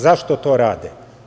Zašto to rade?